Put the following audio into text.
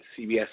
CBS